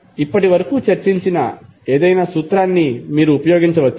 మనము ఇప్పటివరకు చర్చించిన ఏదైనా సూత్రాన్ని మీరు ఉపయోగించవచ్చు